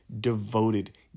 devoted